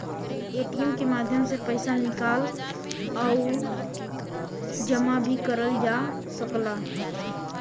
ATM के माध्यम से पइसा निकाल आउर जमा भी करल जा सकला